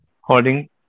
holding